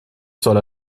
soll